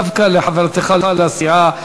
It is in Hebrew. דווקא לחברתך לסיעה,